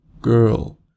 girl